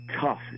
tough